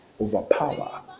overpower